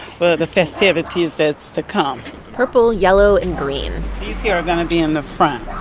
for the festivities that's to come purple, yellow and green these here are going to be in the front,